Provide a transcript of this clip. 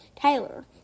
Tyler